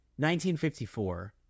1954